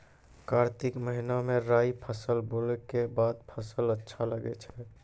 कार्तिक महीना मे राई फसल बोलऽ के बाद फसल अच्छा लगे छै